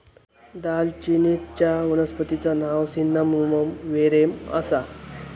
दालचिनीचच्या वनस्पतिचा नाव सिन्नामोमम वेरेम आसा